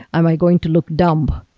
am i going to look dumb?